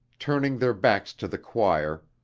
turning their backs to the choir,